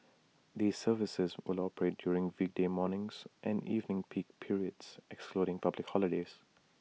these services will operate during weekday mornings and evening peak periods excluding public holidays